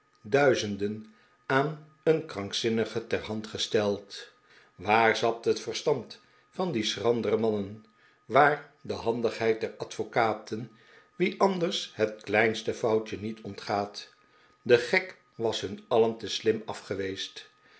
duizenden aan een krankzinnige ter hand gesteld waar zat het verstand van die schrandere mannen waar de handigheid der advocaten wien anders het kleinste foutje niet ontgaat de gek was hun alien te slim af geweest